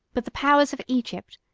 but the powers of egypt,